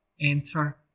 enter